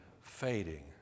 fading